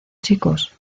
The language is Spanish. chicos